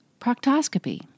proctoscopy